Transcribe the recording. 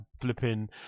flipping